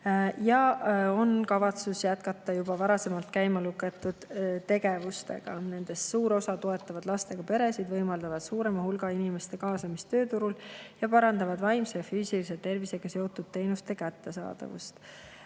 On kavatsus jätkata juba varasemalt käima lükatud tegevusi. Nendest suur osa toetab lastega peresid, võimaldab suurema hulga inimeste kaasamist tööturul ja parandab vaimse ja füüsilise tervisega seotud teenuste kättesaadavust.